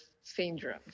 syndrome